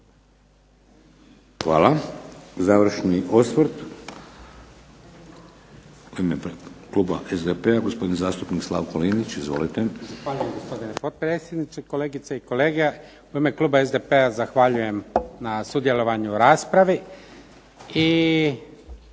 Hvala. Završni osvrt, u ime kluba SDP-a gospodin zastupnik Slavko Linić. Izvolite. **Linić, Slavko (SDP)** Zahvaljujem gospodine potpredsjedniče, kolegice i kolege. U ime kluba SDP-a zahvaljujem na sudjelovanju u raspravi